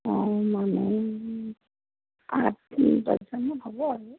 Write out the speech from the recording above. হ'ব আৰু